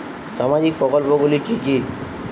সামাজিক প্রকল্প গুলি কি কি?